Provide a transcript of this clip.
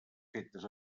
fetes